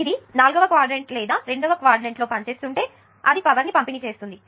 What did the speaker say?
ఇది నాల్గవ క్వాడ్రంట్ లేదా రెండవ క్వాడ్రంట్ లో పనిచేస్తుంటే అది పవర్ ని పంపిణీ చేస్తుంది